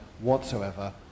whatsoever